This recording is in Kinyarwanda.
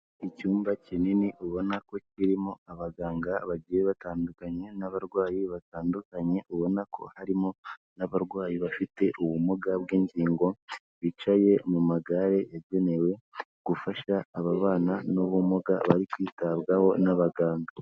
Icyumba kinini ubona ko kirimo abaganga bagiye batandukanye n'abarwayi batandukanye, ubona ko harimo n'abarwayi bafite ubumuga bw'ingingo, bicaye mu magare yagenewe gufasha ababana n'ubumuga bari kwitabwaho n'abaganga.